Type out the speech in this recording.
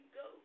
go